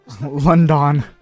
London